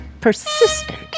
persistent